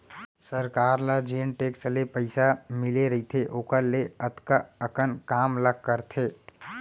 सरकार ल जेन टेक्स ले पइसा मिले रइथे ओकर ले अतका अकन काम ला करथे